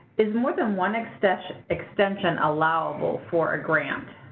is more than one extension extension allowable for a grant?